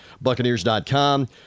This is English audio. Buccaneers.com